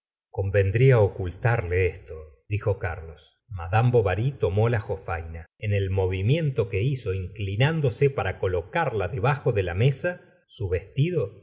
convendría ocultarle esto dijo carlos madame bovary tomó la jofaina en el movimiento que hizo inclinándose para colocarla debajo de la mesa su vestido